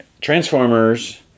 Transformers